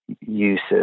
uses